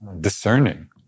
discerning